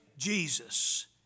Jesus